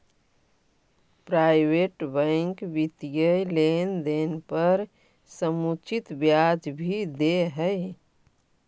private bank वित्तीय लेनदेन पर समुचित ब्याज भी दे हइ